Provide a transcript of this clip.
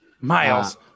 Miles